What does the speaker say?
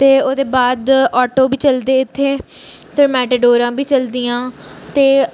ते ओह्दे बाद आटो बी चलदे इत्थें ते मेटाडोरां बी चलदियां ते